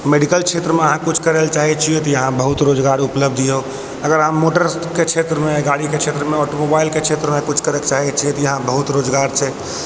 medical क्षेत्र मे अहाँ कुछ करै लए चाहै छियै तऽ इहाँ बहुत रोजगार उपलब्ध यऽ अगर अहाँ मोटर के क्षेत्र मे गाड़ी के क्षेत्र मे आँटो मोबाइल के क्षेत्र मे कुछ करै कऽ चाहै छियै तऽ इहाँ बहुत रोजगार छै